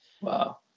Wow